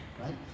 right